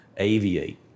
Aviate